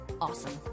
awesome